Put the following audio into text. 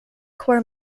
core